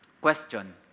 Question